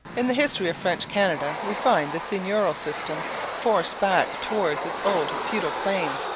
in the history of french canada we find the seigneurial system forced back towards its old feudal plane.